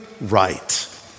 right